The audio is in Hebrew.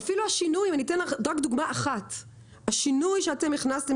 ואתן לכם רק דוגמה אחת: השינוי שאתם הכנסתם,